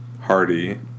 Hardy